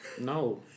No